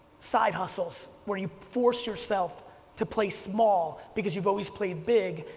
side hustles, where do you force yourself to play small because you've always played big,